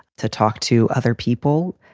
to talk to other people,